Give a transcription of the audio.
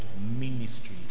ministry